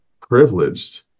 privileged